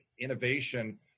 innovation